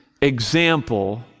example